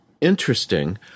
interesting